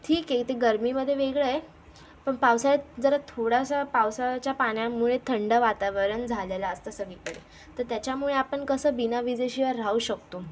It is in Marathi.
ठीक आहे ते गर्मीमध्ये वेगळं आहे पण पावसाळ्यात जरा थोडासा पावसाळाच्या पाण्यामुळे थंड वातावरण झालेलं असतं सगळीकडे तर तेच्यामुळे आपण कसं बिनाविजेशिवाय राहू शकतो